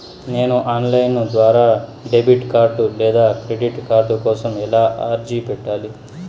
నేను online ద్వారా debit card లేదా క్రెడిట్ కార్డు కోసం ఎలా అర్జీ పెట్టాలి?